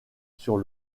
sur